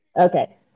Okay